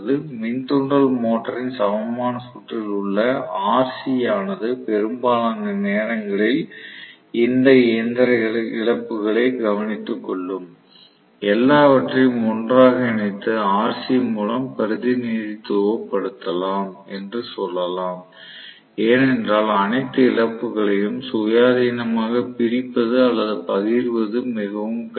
மின் தூண்டல் மோட்டாரின் சமமான சுற்றில் உள்ள RC ஆனது பெரும்பாலான நேரங்களில் இந்த இயந்திர இழப்புகளை கவனித்துக்கொள்ளும் எல்லாவற்றையும் ஒன்றாக இணைத்து RC மூலம் பிரதிநிதித்துவப்படுத்தலாம் என்று சொல்லலாம் ஏனென்றால் அனைத்து இழப்புகளையும் சுயாதீனமாக பிரிப்பது அல்லது பகிர்வது மிகவும் கடினம்